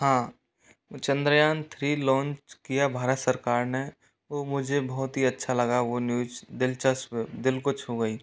हाँ Chandrayaan three launch किया भारत सरकार ने तो मुझे बहुत ही अच्छा लगा वो न्यूज दिलचस्प दिल को छू गयी